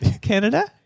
Canada